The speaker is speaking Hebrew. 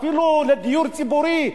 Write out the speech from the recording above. אפילו לדיור ציבורי,